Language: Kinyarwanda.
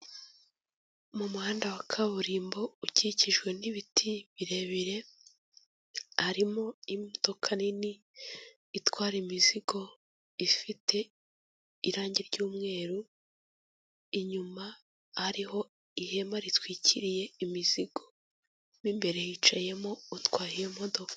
Mu muhanda wa kaburimbo ukikijwe n'ibiti birebire, harimo imodoka nini itwara imizigo, ifite irangi ry'umweru, inyuma hariho ihema ritwikiriye imizigo. Mo imbere hicayemo utwaye iyo modoka.